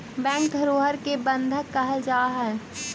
bank धरोहर के बंधक कहल जा हइ